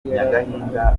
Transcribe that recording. avuga